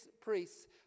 priests